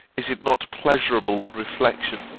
is it not pleasurable on reflection,